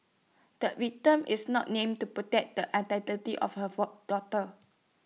the victim is not named to protect the identity of her for daughter